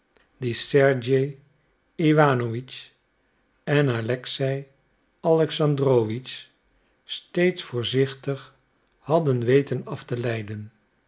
iwanowitsch en alexei alexandrowitsch steeds voorzichtig hadden weten af te leiden